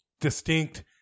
distinct